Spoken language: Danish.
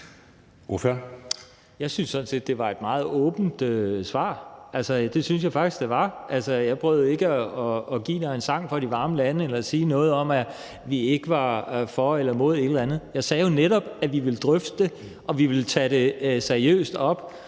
Jeg synes sådan set, det var et meget åbent svar; altså, det synes jeg faktisk det var. Jeg prøvede ikke at give dig en sang fra de varme lande eller sige noget om, at vi ikke var for eller imod et eller andet. Jeg sagde jo netop, at vi ville drøfte det, og at vi ville tage det seriøst op,